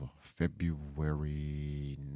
February